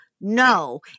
no